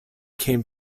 came